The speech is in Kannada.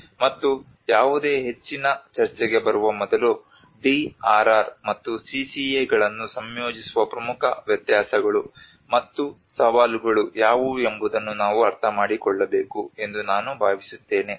ಮತ್ತು ಯಾವುದೇ ಹೆಚ್ಚಿನ ಚರ್ಚೆಗೆ ಬರುವ ಮೊದಲು DRR ಮತ್ತು CCA ಗಳನ್ನು ಸಂಯೋಜಿಸುವ ಪ್ರಮುಖ ವ್ಯತ್ಯಾಸಗಳು ಮತ್ತು ಸವಾಲುಗಳು ಯಾವುವು ಎಂಬುದನ್ನು ನಾವು ಅರ್ಥಮಾಡಿಕೊಳ್ಳಬೇಕು ಎಂದು ನಾನು ಭಾವಿಸುತ್ತೇನೆ